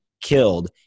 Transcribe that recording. killed